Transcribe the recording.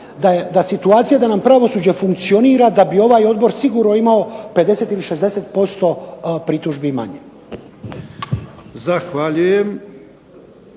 je situacija da nam pravosuđe funkcionira da bi ovaj Odbor sigurno imao 50 ili 60% pritužbi manje. **Jarnjak,